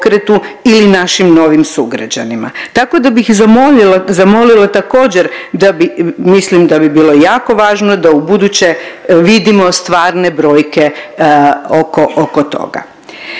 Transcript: ili našim novim sugrađanima. Tako da bih zamolila također mislim da bi bilo jako važno da ubuduće vidimo stvarne brojke oko toga.